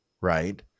right